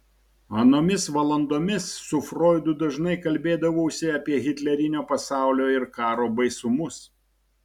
anomis valandomis su froidu dažnai kalbėdavausi apie hitlerinio pasaulio ir karo baisumus